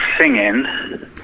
singing